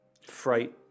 fright